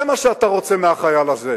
זה מה שאתה רוצה מהחייל הזה.